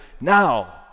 now